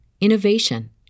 innovation